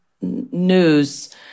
news